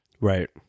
Right